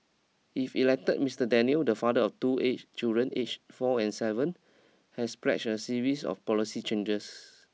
if elected Mister Daniels the father of two age children aged four and seven has pledged a series of policy changes